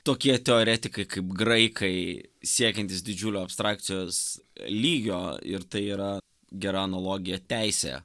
tokie teoretikai kaip graikai siekiantys didžiulio abstrakcijos lygio ir tai yra gera analogija teisė